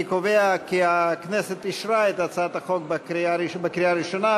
אני קובע כי הכנסת אישרה את הצעת החוק בקריאה הראשונה,